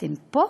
אתן פה,